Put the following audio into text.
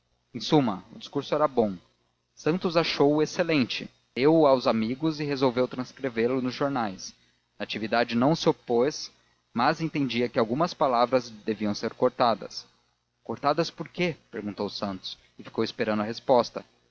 em suma o discurso era bom santos achou-o excelente leu o aos amigos e resolveu transcrevê lo nos jornais natividade não se opôs mas entendia que algumas palavras deviam ser cortadas cortadas por quê perguntou santos e ficou esperando a resposta